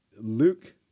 Luke